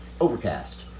Overcast